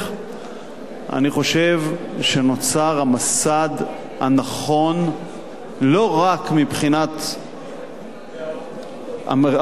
אני חושב שנוצר המסד הנכון לא רק מבחינת המוסד באריאל,